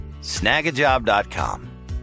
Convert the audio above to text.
snagajob.com